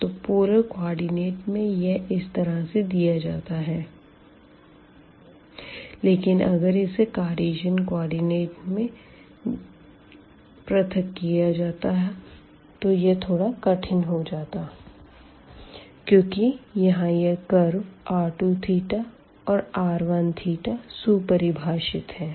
तो polar coordinate में यह इस तरह से दिया जाता है लेकिन अगर इसे कार्टीजन कोऑर्डिनेट में पृथक किया जाता तो यह थोड़ा कठिन होता चूँकि यहाँ यह कर्व r2θ और r1θ सुपरिभाषित है